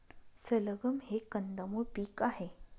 सलगम हे कंदमुळ पीक आहे